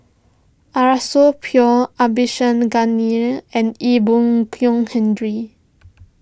Arasu Pure and Ee Boon Kong Henry